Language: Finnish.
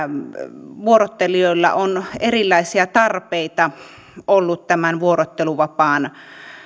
vuorottelijoilla on erilaisia tarpeita ollut tämän vuorotteluvapaan